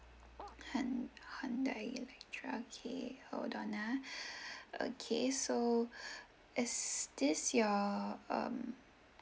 hyun~ hyundai elantra okay hold on ah okay so is this your um